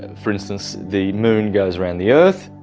and for instance the moon goes around the earth,